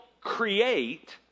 create